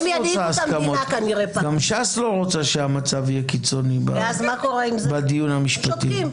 גם ש"ס לא רוצה שהמצב יהיה קיצוני בדיון המשפטי.